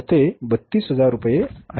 हे 32000 आहे